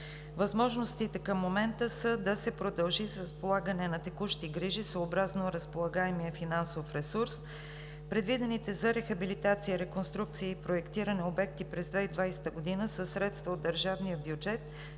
Възможностите към момента са да се продължи с полагане на текущи грижи, съобразно разполагаемия финансов ресурс. Предвидените за рехабилитация реконструкции и проектирани обекти през 2020 г. със средства от държания бюджет